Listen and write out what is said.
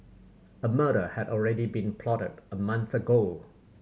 a murder had already been plotted a month ago